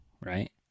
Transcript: right